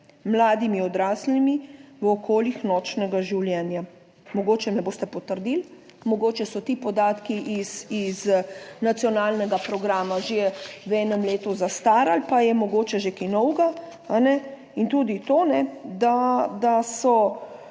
mladimi, odraslimi v okoljih nočnega življenja. Mogoče ne boste potrdili, mogoče so ti podatki iz Nacionalnega programa že v enem letu zastarali pa je mogoče že kaj novega in tudi to, da so